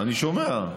אני שומע.